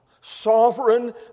Sovereign